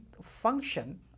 function